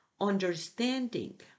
understanding